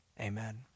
Amen